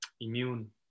immune